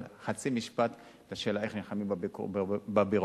בשאלה איך נלחמים בביורוקרטיה.